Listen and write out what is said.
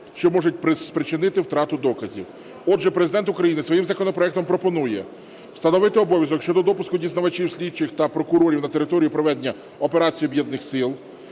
що може спричинити втрату доказів. Отже, Президент України своїм законопроектом пропонує: встановити обов'язок щодо допуску дізнавачів, слідчих та прокурорів на територію проведення операції Об'єднаних сил,